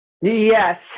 Yes